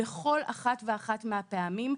בכל אחת ואחת מהפעמים,